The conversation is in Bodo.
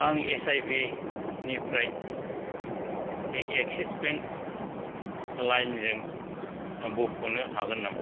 आं एसआईबि निफ्राय एक्सिस बेंक लाइमजों बख'नो हागोन नामा